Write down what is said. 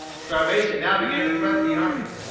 starvation now began to threaten the army.